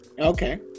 Okay